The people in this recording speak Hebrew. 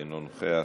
אינו נוכח,